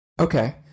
Okay